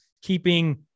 keeping